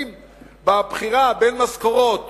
ובבחירה בין משכורות